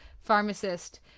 Pharmacist